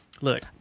Look